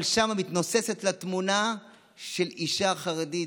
אבל שם מתנוססת לה תמונה של אישה חרדית,